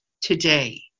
today